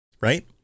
Right